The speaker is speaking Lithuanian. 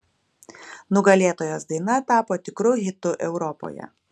nugalėtojos daina tapo tikru hitu europoje